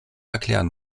erklären